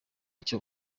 icyo